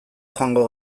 joango